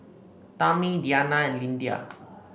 Tammi Deanna and Lyndia